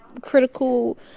critical